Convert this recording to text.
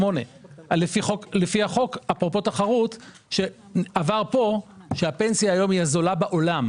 לפי החוק אפרופו תחרות שעבר פה שהפנסיה היום היא הזולה בעולם,